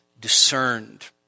discerned